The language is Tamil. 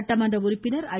சட்டமன்ற உறுப்பினர் ஐ